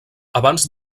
abans